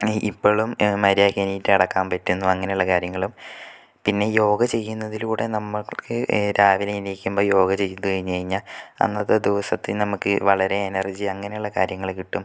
ഇപ്പോഴും മര്യാദക്ക് എണീറ്റ് നടക്കാൻ പറ്റുന്നു അങ്ങനെയുള്ള കാര്യങ്ങളും പിന്നെ യോഗ ചെയ്യുന്നതിലൂടെ നമുക്ക് രാവിലെ എണീക്കുമ്പോൾ യോഗ ചെയ്തു കഴിഞ്ഞു കഴിഞ്ഞാൽ അന്നത്തെ ദിവസത്തിന് നമുക്ക് വളരെ എനർജി അങ്ങനെയുള്ള കാര്യങ്ങൾ കിട്ടും